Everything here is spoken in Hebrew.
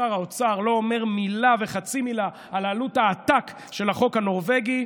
שר האוצר לא אומר מילה וחצי מילה על עלות העתק של החוק הנורבגי.